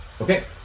okay